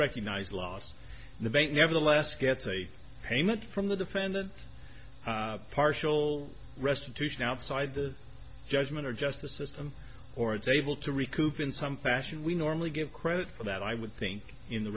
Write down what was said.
recognized lost in the bank nevertheless gets a payment from the defendant partial restitution outside the judgment or justice system or is able to recoup in some fashion we normally give credit for that i would think in the